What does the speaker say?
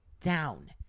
down